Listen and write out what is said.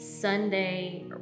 Sunday